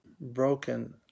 broken